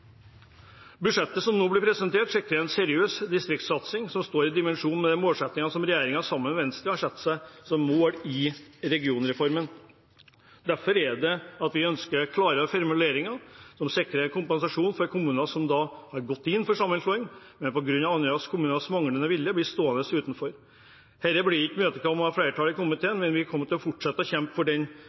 Budsjettet som nå er presentert, sikrer en seriøs distriktssatsing som står i forhold til den målsettingen som regjeringen, sammen med Venstre, har satt seg når det gjelder regionreformen. Derfor ønsker vi klarere formuleringer, som sikrer kompensasjon for kommuner som har gått inn for sammenslåing, men som på grunn av andre kommuners manglende vilje blir stående utenfor. Dette blir det ikke flertall for i komiteen, men vi kommer til å fortsette å kjempe for